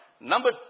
Number